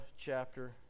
chapter